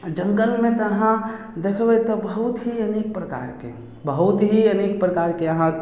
जंगलमे तऽ अहाँ देखबै तऽ बहुत ही अनेक प्रकारके बहुत ही अनेक प्रकार के अहाँ